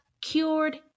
cured